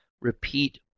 repeat